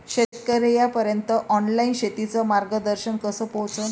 शेतकर्याइपर्यंत ऑनलाईन शेतीचं मार्गदर्शन कस पोहोचन?